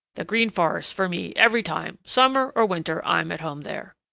the green forest for me every time. summer or winter, i'm at home there.